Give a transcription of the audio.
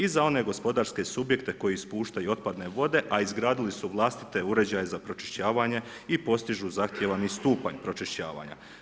one gospodarske subjekte koji ispuštaju otpadne vode, a izgradili su vlastite uređaje za pročišćavanje i postižu zahtijevani stupanj pročišćavanja.